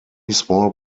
small